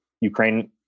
Ukraine